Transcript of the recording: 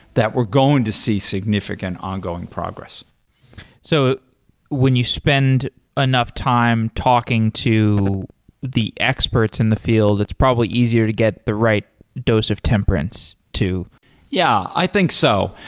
that we're going to see significant ongoing progress so when you spend enough time talking to the experts in the field, it's probably easier to get the right dose of temperance to yeah, i think so.